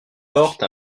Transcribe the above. porte